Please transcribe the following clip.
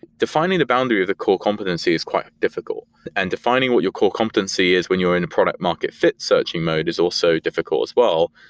defining the boundary of the core competency is quite difficult, and defining what your core competency is when you're in a product market fit searching mode is also difficult as well.